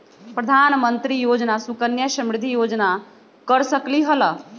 प्रधानमंत्री योजना सुकन्या समृद्धि योजना कर सकलीहल?